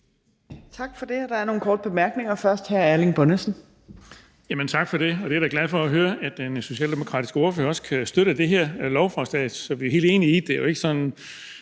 Tak for det. Der er nogle korte bemærkninger. Først er det hr. Erling Bonnesen. Kl. 14:30 Erling Bonnesen (V): Tak for det. Jeg er da glad for at høre, at den socialdemokratiske ordfører også kan støtte det her lovforslag, som vi er helt enige i jo ikke sådan